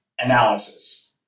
analysis